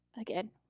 again